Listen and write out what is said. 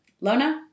lona